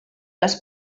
les